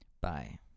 Bye